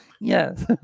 Yes